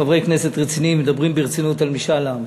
חברי כנסת רציניים מדברים ברצינות על משאל עם.